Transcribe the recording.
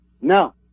no